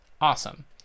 Awesome